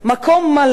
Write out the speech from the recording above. מקום מלא,